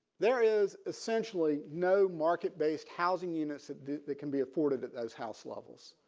there is essentially no market based housing units that that can be afforded those house levels.